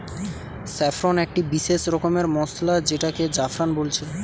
saffron একটি বিসেস রকমের মসলা যেটাকে জাফরান বলছে